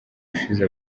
ushize